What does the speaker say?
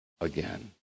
again